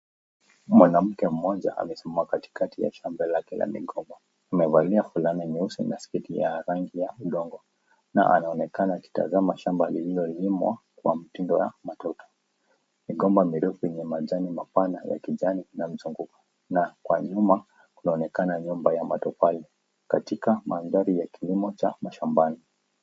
Mwanamke mmoja amesimama katikati ya shamba lake la migomba, amevalia fulana nyeusi na sketi ya rangi ya udongo, na anaonekana akitazama shamba lililolimwa kwa mtindo ya matuta. Migomba mirefu yenye majani mapana ya kijani inamzunguka na kwa nyuma kunaonekana nyumba ya matofali katika mandhari ya kiliomo cha mashambani.